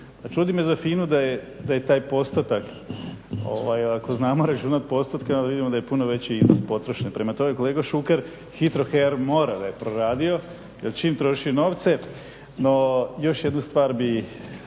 čudi me za FINA-u da je taj postotak ako znamo računati postotke onda vidimo da je puno veći iznos potrošen. Prema tome, kolega Šuker HITRO.HR mora da je proradio jer čim troši novce no, još jednu stvar bih